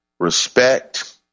Respect